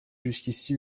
jusqu’ici